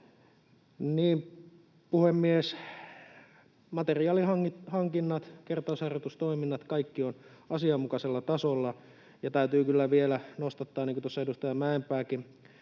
puhemies, materiaalihankinnat, kertausharjoitustoiminnat, kaikki ovat asianmukaisella tasolla. Täytyy kyllä vielä nostattaa, niin kuin tuossa edustaja Mäenpääkin